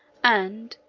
and,